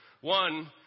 one